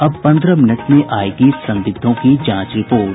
अब पन्द्रह मिनट में आयेगी संदिग्धों की जांच रिपोर्ट